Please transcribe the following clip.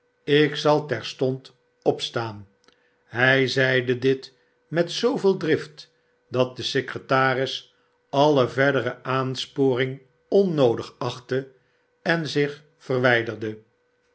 ik zal terstond opstaan hij zeide dit met zooveel drift dat de secretaris alle verdere aansporing onnoodig achtte en zich verwijderde